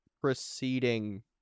preceding